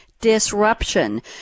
disruption